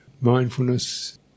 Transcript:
mindfulness